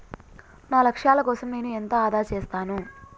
నా లక్ష్యాల కోసం నేను ఎంత ఆదా చేస్తాను?